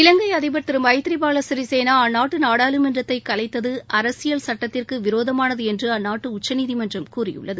இலங்கை அதிபர் திரு மைத்ரிபால சிறிசேனா அந்நாட்டு நாடாளுமன்றத்தை கலைத்தது அரசியல் சட்டத்திற்கு விரோதமானது என்று அந்நாட்டு உச்சநீதிமன்றம் கூறியுள்ளது